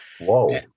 Whoa